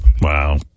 Wow